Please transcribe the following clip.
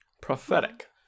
Prophetic